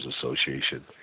Association